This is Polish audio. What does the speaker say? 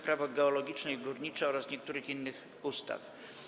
Prawo geologiczne i górnicze oraz niektórych innych ustaw.